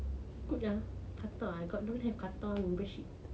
good lah I don't have qatar membership